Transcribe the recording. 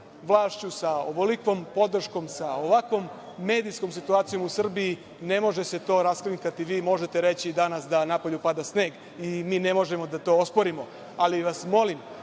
vlašću. Sa ovolikom podrškom, sa ovakvom medijskom situacijom u Srbiji ne može se to raskrinkati. Vi možete reći danas da napolju pada sneg i mi ne možemo to da osporimo, ali vas molim